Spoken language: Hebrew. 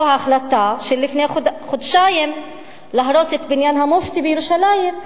או החלטה של לפני חודשיים להרוס את בניין המופתי בירושלים,